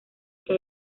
que